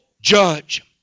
judge